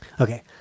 Okay